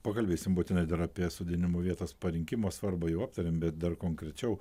pakalbėsim būtinai dar apie sodinimo vietos parinkimo svarbą jau aptarėm bet dar konkrečiau